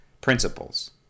principles